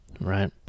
Right